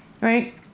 right